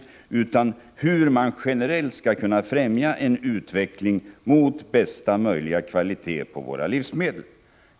Det gäller hur vi generellt skall kunna främja en utveckling mot bästa möjliga kvalitet på våra livsmedel.